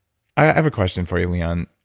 i have a question for you, leon.